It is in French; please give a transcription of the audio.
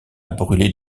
brûler